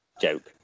Joke